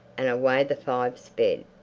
and away the five sped,